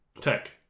Tech